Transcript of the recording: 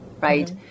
right